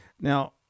Now